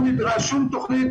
לא נדרשת שום תכנית.